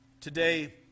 Today